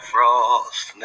Frost